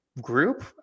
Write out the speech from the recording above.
Group